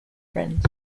friends